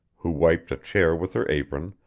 who wiped a chair with her apron,